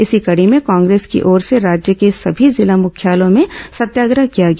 इसी कड़ी में कांग्रेस की ओर से राज्य के सभी जिला मुख्यालयों में सत्याग्रह किया गया